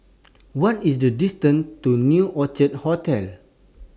What IS The distance to New Orchid Hotel